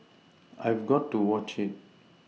I've got to watch it